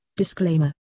Disclaimer